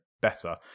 better